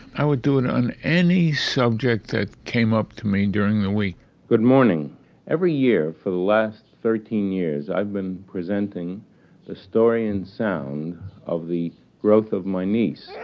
i would do it on any subject that came up to me during the week good morning every year for the last thirteen years i've been presenting the story and sound of the growth of my niece.